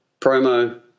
promo